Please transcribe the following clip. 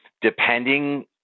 depending